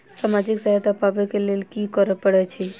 सामाजिक सहायता पाबै केँ लेल की करऽ पड़तै छी?